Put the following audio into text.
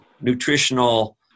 nutritional